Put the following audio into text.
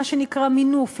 מה שנקרא מינוף,